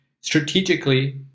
strategically